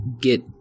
get –